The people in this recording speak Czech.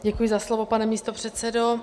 Děkuji za slovo, pane místopředsedo.